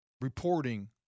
reporting